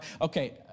Okay